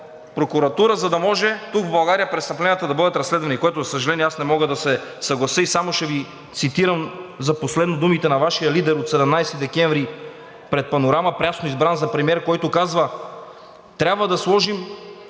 прокуратура, за да може тук в България престъпленията да бъдат разследвани, с което, за съжаление, аз не мога да се съглася. И само ще Ви цитирам за последно думите на Вашия лидер от 17 декември пред „Панорама“, прясно избран за премиер, който казва: „Трябва да сложим